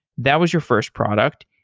that was your first product.